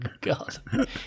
God